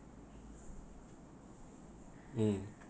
mm